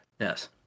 Yes